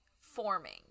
forming